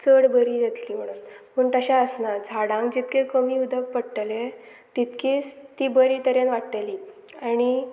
चड बरी जातली म्हणून पूण तशें आसना झाडांक जितकें कमी उदक पडटलें तितकीच ती बरे तरेन वाडटली आनी